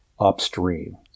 upstream